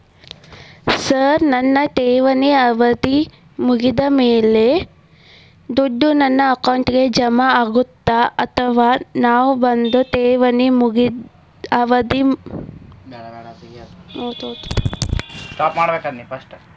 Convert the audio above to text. Sir ನನ್ನ ಠೇವಣಿ ಅವಧಿ ಮುಗಿದಮೇಲೆ, ದುಡ್ಡು ನನ್ನ ಅಕೌಂಟ್ಗೆ ಜಮಾ ಆಗುತ್ತ ಅಥವಾ ನಾವ್ ಬಂದು ಠೇವಣಿ ಅವಧಿ ಮುಗದೈತಿ ಅಂತ ಹೇಳಬೇಕ?